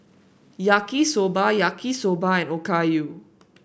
Yaki Soba Yaki Soba and Okayu